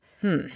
Hmm